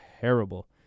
terrible